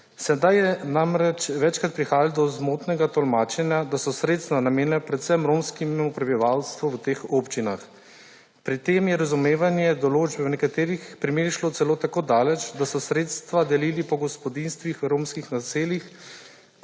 Sedaj je namreč večkrat prihajalo do zmotnega tolmačenja, da so sredstva namenjena predvsem romskemu prebivalstvu v teh občinah. Pri tem je razumevanje določb v nekaterih primerih šlo celo tako daleč, da so sredstva delili po gospodinjstvih romskih naseljih